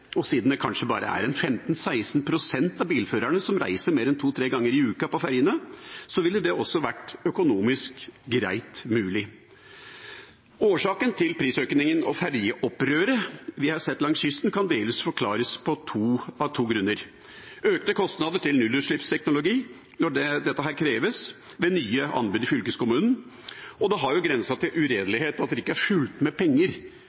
og siden det kanskje bare er 15–16 pst. av bilførerne som reiser mer enn to–tre ganger i uka med ferjene, ville det også vært økonomisk greit og mulig. Årsaken til prisøkningen og ferjeopprøret vi har sett langs kysten, kan delvis forklares på to måter: Det er økte kostnader til nullutslippsteknologi når dette kreves ved nye anbud i fylkeskommunen, og det har jo grenset til uredelighet at det ikke har fulgt med penger